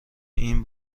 این